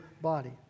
body